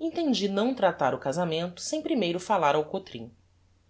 entendi não tratar o casamento sem primeiro falar ao cotrim